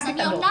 אז אני עונה.